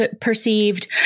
perceived